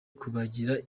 kubagira